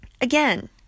again